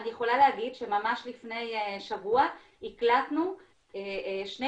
אני יכולה להגיד שממש לפני שבוע הקלטנו שני